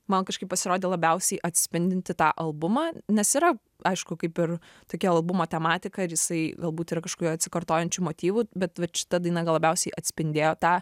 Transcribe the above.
man kažkaip pasirodė labiausiai atspindinti tą albumą nes yra aišku kaip ir tokia albumo tematika ir jisai galbūt yra kažkokių atsikartojančių motyvų bet vat šita daina gal labiausiai atspindėjo tą